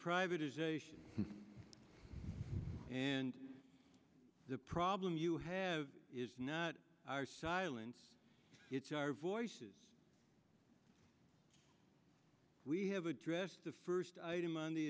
privatization and the problem you have is not our silence it's our voices we have addressed the first item on the